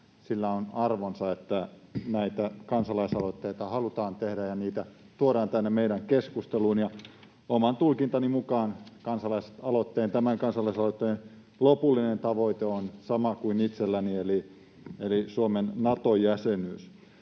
Sillä on arvonsa, että näitä kansalaisaloitteita halutaan tehdä ja niitä tuodaan tänne meidän keskusteluun. Oman tulkintani mukaan tämän kansalaisaloitteen lopullinen tavoite on sama kuin itselläni eli Suomen Nato-jäsenyys.